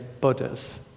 Buddhas